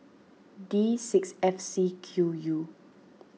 D six F C Q U